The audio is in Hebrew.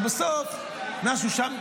ובסוף משהו שם,